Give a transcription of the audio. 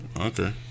okay